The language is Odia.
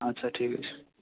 ଆଚ୍ଛା ଠିକ୍ ଅଛି